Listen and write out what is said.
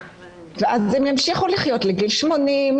ואז הם ימשיכו לחיות לגיל 80,